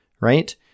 right